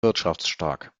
wirtschaftsstark